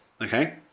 okay